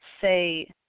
say